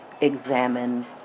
examine